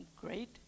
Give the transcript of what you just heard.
great